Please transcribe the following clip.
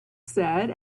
said